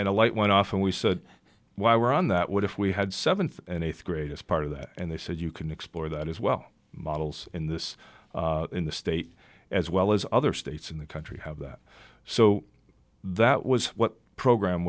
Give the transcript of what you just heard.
the light went off and we said why we're on that what if we had seventh and eighth grade as part of that and they said you can explore that as well models in this in the state as well as other states in the country have that so that was what program